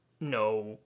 no